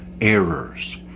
errors